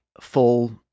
full